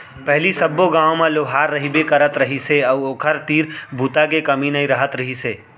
पहिली सब्बो गाँव म लोहार रहिबे करत रहिस हे अउ ओखर तीर बूता के कमी नइ रहत रहिस हे